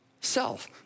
self